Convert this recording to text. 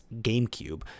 GameCube